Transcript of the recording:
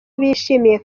bishimiye